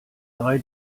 drei